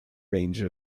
range